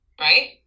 right